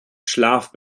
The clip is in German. schlaf